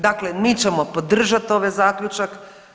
Dakle, mi ćemo podržati ovaj zaključak.